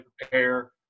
prepare